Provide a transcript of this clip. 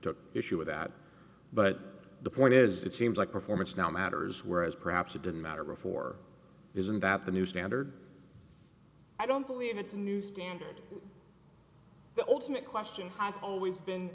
took issue with that but the point is it seems like performance now matters whereas perhaps it didn't matter before isn't that the new standard i don't believe it's a new standard the ultimate question has always been